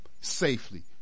safely